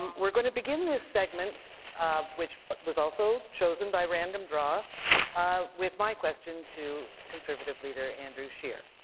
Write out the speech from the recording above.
we're going to begin this segment um which was also chosen by random draw with my question to conservative leader andrew scheer.